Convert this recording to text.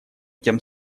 тем